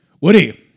Woody